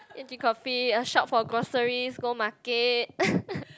drink coffee shop for groceries go market